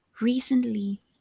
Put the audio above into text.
recently